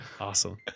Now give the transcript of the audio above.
Awesome